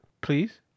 Please